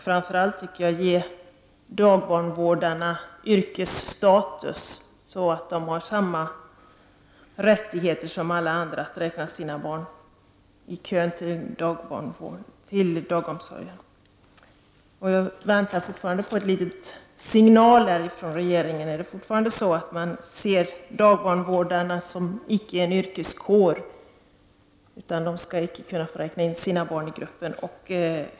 Framför allt skall man ge dagbarnvårdarna yrkesstatus, så att de får samma rättigheter som alla andra att räkna in sina barn till kön till barnomsorgen. Jag väntar fortfarande på en signal från regeringen. Är det fortfarande så att man ser dagbarnvårdarna som en icke-yrkeskår, dvs. de skall inte få räkna in sina barn i gruppen?